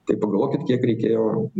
tai pagalvokit kiek reikėjo